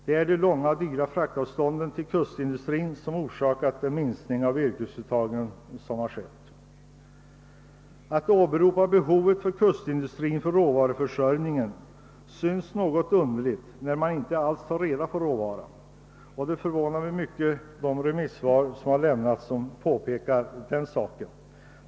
Det är de långa och dyra frakterna till kustindustrin som orsakat den minskning av virkesuttaget som skett. Att åberopa behovet av kustindustrin för råvaruförsörjningen synes något underligt när man inte alls tar reda på råvaran. De remissvar som påpekat den saken förvånar mig mycket.